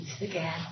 again